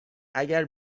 اگر